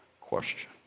question